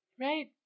Right